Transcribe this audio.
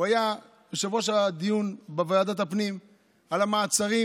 היה יושב-ראש הדיון בוועדת הפנים על המעצרים,